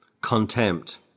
contempt